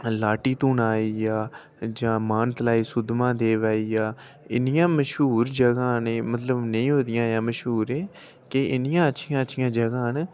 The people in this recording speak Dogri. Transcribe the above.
जां लाटी तूनै आई गेआ जां मान तलाई सुद्ध महादेव आई गेआ इन्नियां मश्हूर जगह् न एह् मतलब इन्नियां मश्हूर जगह् नेई होदियां न के इन्नियां अच्छियां अच्छियां जगह् न